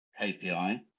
KPI